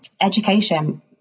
education